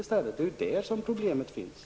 Det är ju där problemet ligger.